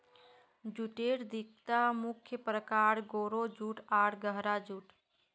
जूटेर दिता मुख्य प्रकार, गोरो जूट आर गहरा जूट